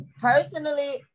personally